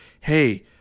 Hey